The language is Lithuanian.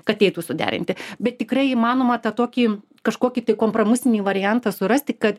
kad eitų suderinti bet tikrai įmanoma tą tokį kažkokį tai kompromisinį variantą surasti kad